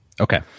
okay